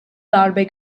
darbe